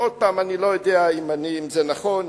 אני לא יודע אם זה נכון,